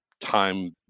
time